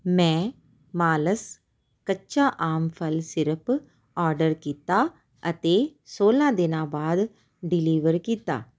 ਮੈਂ ਮਾਲਸ ਕੱਚਾ ਆਮ ਫਲ ਸੀਰਪ ਆਰਡਰ ਕੀਤਾ ਅਤੇ ਸੋਲ੍ਹਾਂ ਦਿਨਾਂ ਬਾਅਦ ਡਿਲੀਵਰ ਕੀਤਾ